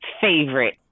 favorite